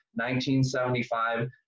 1975